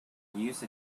use